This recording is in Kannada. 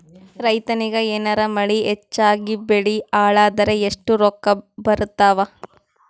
ರೈತನಿಗ ಏನಾರ ಮಳಿ ಹೆಚ್ಚಾಗಿಬೆಳಿ ಹಾಳಾದರ ಎಷ್ಟುರೊಕ್ಕಾ ಬರತ್ತಾವ?